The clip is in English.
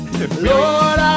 Lord